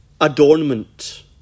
adornment